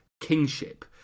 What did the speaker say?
kingship